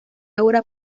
ahora